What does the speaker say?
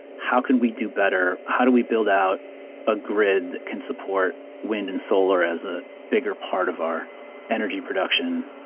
how can we do better? how do we build out a grid can support wind and solar as a bigger part of our energy production?